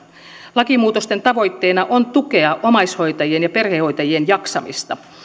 lakimuutosten tavoitteena on tukea omaishoitajien ja perhehoitajien jaksamista